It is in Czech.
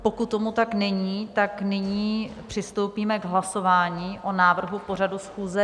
Pokud tomu tak není, tak nyní přistoupíme k hlasování o návrhu pořadu schůze.